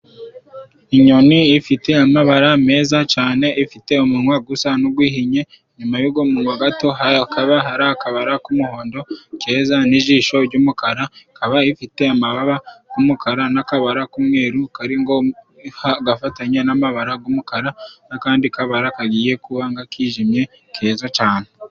Inyoni ifite amabara meza cane ifite umunwa gusa n'uguhinye nyuma yugo munwa gato hakaba hari akabara k'umuhondo keza n'ijisho ry'umukara ikaba ifite amababa g'umukara n'akabara k'umweru kari ngo gafatanye n'amabara g'umukara n'akandi kabara kagiye kuba nka kijimye keza cane.